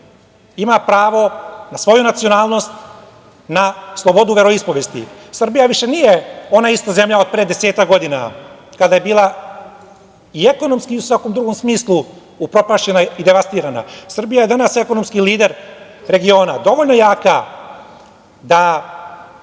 ima pravo na svoju nacionalnost na slobodu veroispovesti. Srbija više nije ona ista zemlja od pre desetak godina kada je bila i ekonomski i u svakom drugom smislu upropašćena i devastirana. Srbija je danas ekonomski lider regiona, dovoljna jaka da